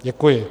Děkuji.